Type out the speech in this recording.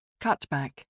Cutback